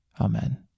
Amen